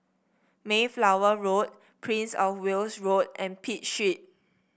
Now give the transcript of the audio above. Mayflower Road Prince Of Wales Road and Pitt Street